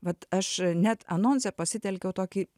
vat aš net anonse pasitelkiau tokį